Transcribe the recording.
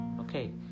Okay